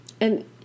And-